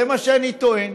זה מה שאני טוען.